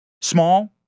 Small